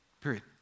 Period